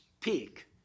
peak